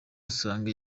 asanga